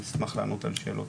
אני אשמח לענות על שאלות.